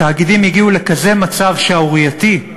התאגידים הגיעו לכזה מצב שערורייתי,